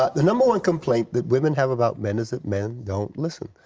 ah the number one complaint that women have about men is men don't listen.